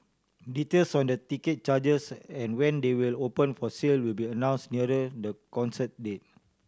details on the ticket charges and when they will open for sale will be announced nearer the concert date